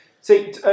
See